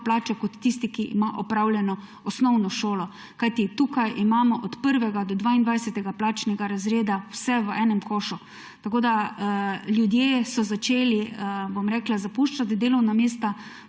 plačo kot tisti, ki ima opravljeno osnovno šolo? Kajti tukaj imamo od 1. do 22. plačnega razreda vse v enem košu. Ljudje so začeli zapuščati delovna mesta